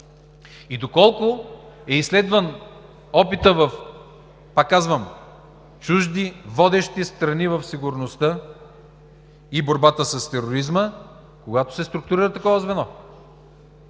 И доколко е изследван опитът в – пак казвам, чужди водещи страни в сигурността и борбата с тероризма, когато се структурира такова звено?